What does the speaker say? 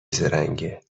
زرنگه